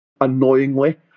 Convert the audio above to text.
annoyingly